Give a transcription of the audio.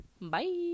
Bye